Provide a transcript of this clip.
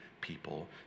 people